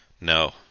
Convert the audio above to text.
No